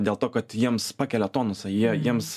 dėl to kad jiems pakelia tonusą jie jiems